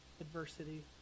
adversity